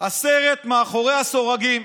הסרט "מאחורי הסורגים".